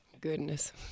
Goodness